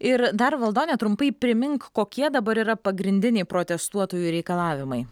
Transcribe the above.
ir dar valdone trumpai primink kokie dabar yra pagrindiniai protestuotojų reikalavimai